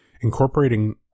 incorporating